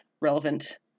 relevant